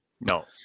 No